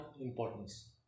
importance